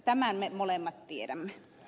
tämän me molemmat tiedämme